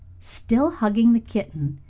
still hugging the kitten,